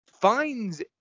finds